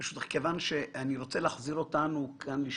חקירת ההסעות, שהיא חקירה תלויה ועומדת עדיין,